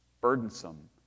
burdensome